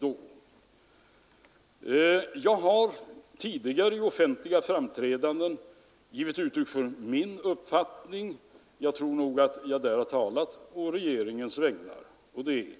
Jag har emellertid tidigare i offentliga framträdanden givit uttryck för min uppfattning — och jag tror att jag därvid har talat på regeringens vägnar — nämligen